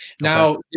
Now